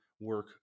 work